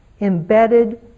embedded